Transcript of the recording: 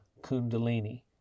Kundalini